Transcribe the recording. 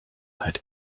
had